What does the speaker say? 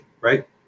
right